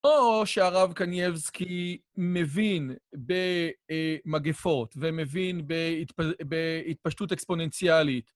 או שהרב קניאבסקי מבין במגפות ומבין בהתפשטות אקספוננציאלית.